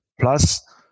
plus